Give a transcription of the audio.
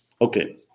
Okay